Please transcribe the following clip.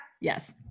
Yes